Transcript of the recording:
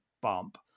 bump